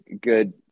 good